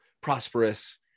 prosperous